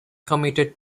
committed